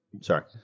sorry